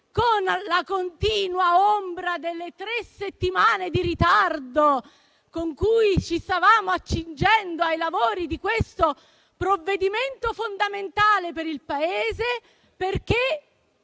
con la continua ombra delle tre settimane di ritardo con cui ci stavamo accingendo ai lavori su questo provvedimento fondamentale per il Paese.